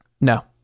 no